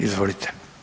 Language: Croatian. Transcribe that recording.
Izvolite.